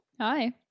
Hi